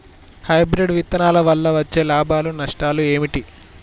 Hybrid విత్తనాల వల్ల వచ్చే లాభాలు నష్టాలు ఏమిటి?